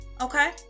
okay